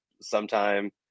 sometime